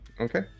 Okay